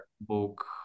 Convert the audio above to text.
book